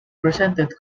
presented